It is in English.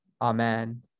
amen